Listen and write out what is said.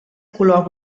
color